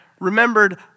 remembered